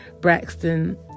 Braxton